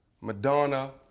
Madonna